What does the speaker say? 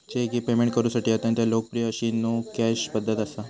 check ही payment करुसाठी अत्यंत लोकप्रिय अशी नो कॅश पध्दत असा